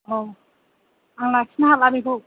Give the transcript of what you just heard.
औ आं लाखिनो हाला बेखौ